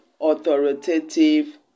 authoritative